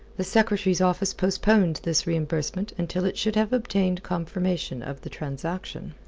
the secretary's office postponed this reimbursement until it should have obtained confirmation of the transaction.